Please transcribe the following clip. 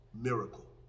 miracle